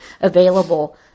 available